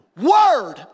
Word